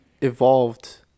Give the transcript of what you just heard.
evolved